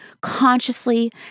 consciously